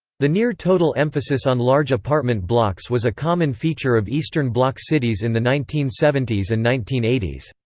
the near-total emphasis on large apartment blocks was a common feature of eastern bloc cities in the nineteen seventy s and nineteen eighty s.